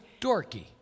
dorky